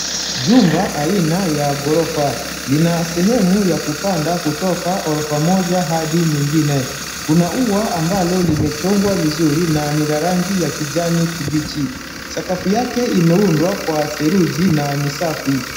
Jumba aina ya ghorofa, lina sehemu ya kupanda kutoka ghorofa moja hadi nyingine. Kuna ua ambalo limechongwa vizuri na ni la rangi ya kijani kibichi. Sakafu yake imeundwa kwa seruji na ni safi.